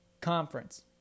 Conference